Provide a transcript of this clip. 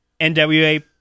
NWA